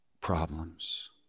problems